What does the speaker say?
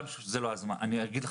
תוך חצי שנה אני אדע.